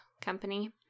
company